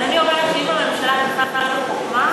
אבל אני אומרת שאם הממשלה תפעל בחוכמה,